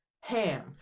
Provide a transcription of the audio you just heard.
ham